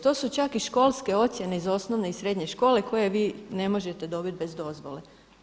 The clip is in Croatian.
To su čak i školske ocjene iz osnovne i srednje škole koje vi ne možete dobiti bez dozvole.